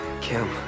Kim